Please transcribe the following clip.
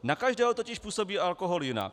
Na každého totiž působí alkohol jinak.